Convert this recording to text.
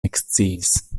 eksciis